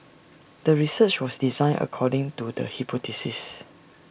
the research was designed according to the hypothesis